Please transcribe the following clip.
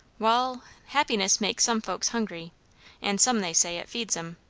wall happiness makes some folks hungry and some, they say, it feeds em,